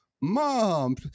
Mom